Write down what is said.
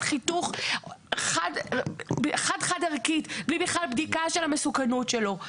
חיתוך חד חד ערכית בלי בכלל בדיקה של המסוכנות שלו.